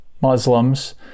Muslims